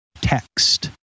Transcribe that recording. text